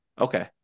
Okay